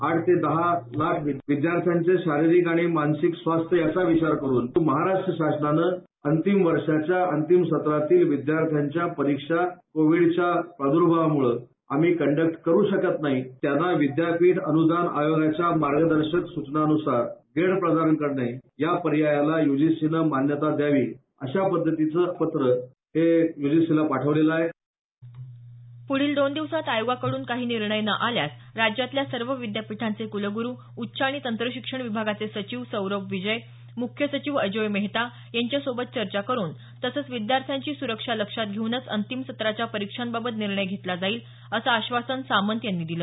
आठ ते दहा लाख विद्यार्थ्यांचे शारीरिक आणि मानसिक स्वास्थ्याचा विचार करून महाराष्ट्र शासनाने अंतिम वर्षाच्या अंतिम सत्रातील विद्यार्थ्यांच्या परीक्षा कोविडच्या प्रादर्भावामुळे आम्ही रद्द करू शकत नाही त्यांना विद्यापीठ अनुदान आयोगाच्या मार्गदर्शक सूचनांनुसार वेळ प्रदान करणे या पर्यायाला यूजीसीने मान्यता द्यावी अशा पद्धतीचे पत्र पाठवले प्ढील दोन दिवसांत आयोगाकडून काही निर्णय न आल्यास राज्यातल्या सर्व विद्यापीठांचे कुलगुरू उच्च आणि तंत्र शिक्षण विभागाचे सचिव सौरभ विजय मुख्य सचिव अजोय मेहता यांच्या सोबत चर्चा करून तसंच विद्यार्थ्यांची सुरक्षा लक्षात घेऊनच अंतिम सत्राच्या परीक्षांबाबत निर्णय घेतला जाईल असं आश्वासन सामंत यांनी दिलं